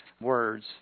words